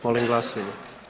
Molim glasujmo.